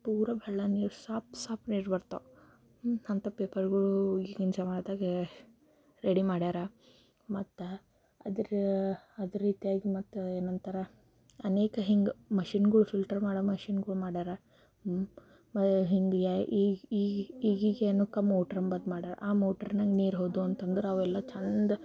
ಪೂರ ಭಳ್ಳ ನೀರು ಸಾಪ್ ಸಾಪ್ ನೀರು ಬರ್ತವೆ ಅಂತ ಪೇಪರ್ಗಳು ಈಗಿನ ಜಮಾನದಾಗೆ ರೆಡಿ ಮಾಡ್ಯಾರ ಮತ್ತೆ ಅದ್ರ ಅದ್ರ ರೀತಿಯಾಗಿ ಮತ್ತು ಏನಂತಾರೆ ಅನೇಕ ಹಿಂಗೆ ಮಷಿನ್ಗಳು ಫಿಲ್ಟರ್ ಮಾಡೋ ಮಷಿನ್ಗಳು ಮಾಡ್ಯಾರ ಹಿಂಗೆ ಯಾ ಈಗ ಈಗ ಈಗೀಗೇನು ಕಂ ಮೋಟರ್ ಬಂದು ಮಾಡ್ಯಾರ ಆ ಮೋಟರ್ನಾಗ ನೀರು ಹೋದವು ಅಂತಂದ್ರೆ ಅವೆಲ್ಲ ಚೆಂದ